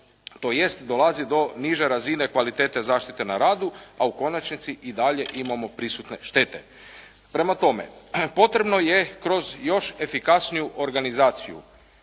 tj. dolazi do niže razine kvalitete zaštite na radu, a u konačnici i dalje imamo prisutne štete. Prema tome, potrebno je kroz još efikasniju organizaciju